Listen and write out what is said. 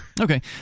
okay